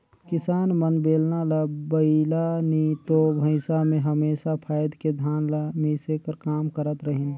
किसान मन बेलना ल बइला नी तो भइसा मे हमेसा फाएद के धान ल मिसे कर काम करत रहिन